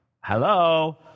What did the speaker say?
Hello